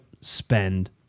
spend